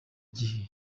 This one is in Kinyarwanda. gihe